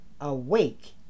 awake